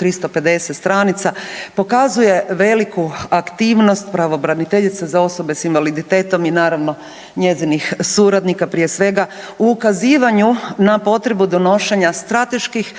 350 stranica pokazuje veliku aktivnost pravobraniteljice za osobe s invaliditetom i naravno njezinih suradnika prije svega u ukazivanju na potrebu donošenja strateških